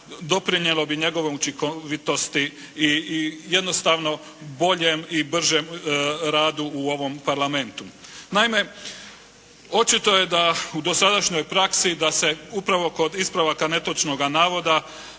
doprinijelo bi njegovoj učinkovitosti i jednostavno boljem i bržem radu u ovom Parlamentu. Naime, očito je da u dosadašnjoj praksi da se upravo kod ispravaka netočnog navoda,